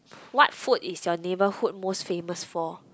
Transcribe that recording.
what food is your neighborhood most famous for